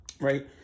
right